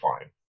fine